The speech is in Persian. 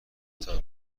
تنها